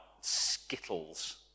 skittles